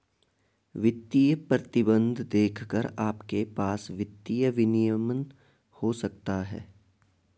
वित्तीय प्रतिबंध देखकर आपके पास वित्तीय विनियमन हो सकता है